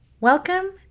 Welcome